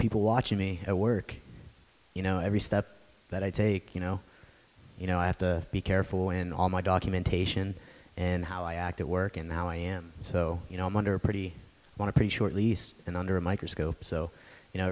people watching me at work you know every step that i take you know you know i have to be careful in all my documentation and how i act at work and now i am so you know i'm under pretty want to pretty short lease and under a microscope so you know